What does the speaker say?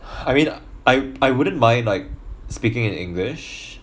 I mean I I wouldn't mind like speaking in english